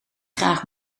graag